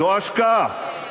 זו השקעה.